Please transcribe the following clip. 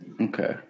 Okay